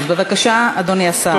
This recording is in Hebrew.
בבקשה, אדוני השר.